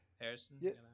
Harrison